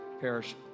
perish